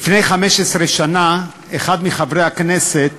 לפני 15 שנה, אחד מחברי הכנסת